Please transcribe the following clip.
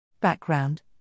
Background